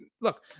look